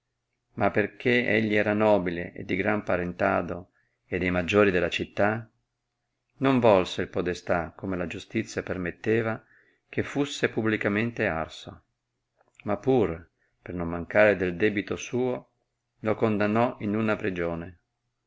ma per che egli era nobile e di gran parentado e dei maggiori della città non volse il podestà come la giustizia permetteva che fusse pubblicamente arso ma pur per non mancare del debito suo lo condannò in una pregione